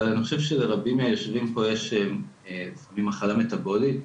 אבל אני חושב שלרבים מהיושבים פה יש מחלה מטבולית,